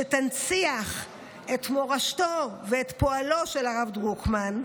שתנציח את מורשתו ואת פועלו של הרב דרוקמן,